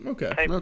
Okay